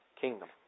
kingdom